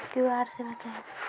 QR सेवा क्या हैं?